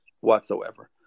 whatsoever